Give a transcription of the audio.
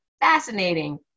Fascinating